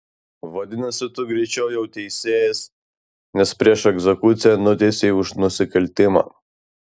vadinasi tu greičiau jau teisėjas nes prieš egzekuciją nuteisei už nusikaltimą